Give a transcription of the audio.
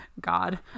God